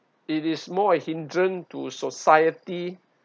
it is more a hindrance to society